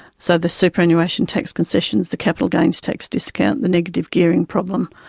so the superannuation tax concessions, the capital gains tax discount, the negative gearing problem.